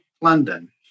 London